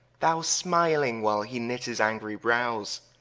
thou smiling, while he knit his angry browes.